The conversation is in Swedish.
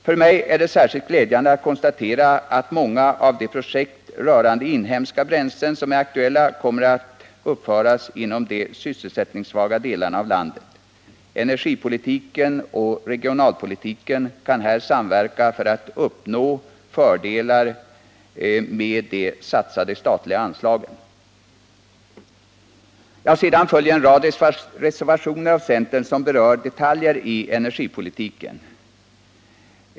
För mig är det särskilt glädjande att kunna konstatera att många av de projekt rörande inhemska bränslen som är aktuella kommer att uppföras inom de sysselsättningssvaga delarna av landet. Energipolitiken och regionalpolitiken kan här samverka för att uppnå fördelar med de satsade statliga medlen. Centern står bakom en rad reservationer som berör detaljer i energipolitiken.